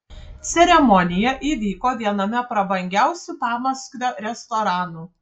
ceremonija įvyko viename prabangiausių pamaskvio restoranų